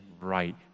right